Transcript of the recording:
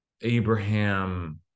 abraham